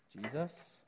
Jesus